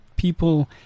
people